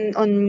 on